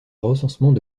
recensements